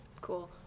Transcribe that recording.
cool